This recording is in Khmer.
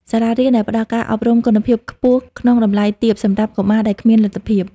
សាលារៀនដែលផ្តល់ការអប់រំគុណភាពខ្ពស់ក្នុងតម្លៃទាបសម្រាប់កុមារដែលគ្មានលទ្ធភាព។